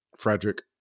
Frederick